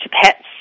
pets